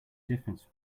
difference